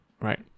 right